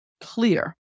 clear